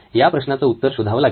या प्रश्नाचं उत्तर शोधावं लागेल